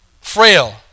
Frail